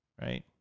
right